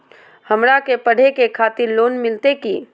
हमरा के पढ़े के खातिर लोन मिलते की?